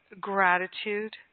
Gratitude